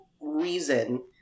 reason